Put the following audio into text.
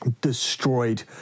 destroyed